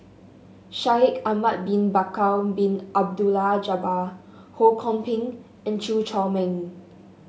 Shaikh Ahmad Bin Bakar Bin Abdullah Jabbar Ho Kwon Ping and Chew Chor Meng